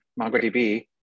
MongoDB